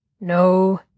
No